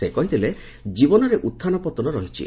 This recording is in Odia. ସେ କହିଥିଲେ ଜୀବନରେ ଉତ୍ଥାନ ପତ୍ତନ ରହିଛି